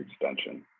extension